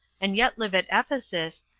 and yet live at ephesus,